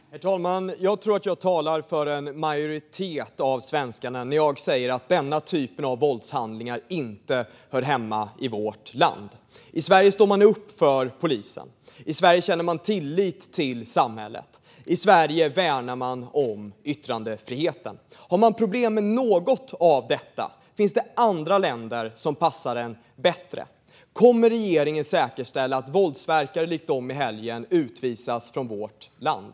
Herr talman! Jag tror att jag talar för en majoritet av svenskarna när jag säger att denna typ av våldshandlingar inte hör hemma i vårt land. I Sverige står man upp för polisen. I Sverige känner man tillit till samhället. I Sverige värnar man om yttrandefriheten. Om man har problem med något av detta finns det andra länder som passar en bättre. Kommer regeringen att säkerställa att våldsverkare likt dem vi såg i helgen utvisas från vårt land?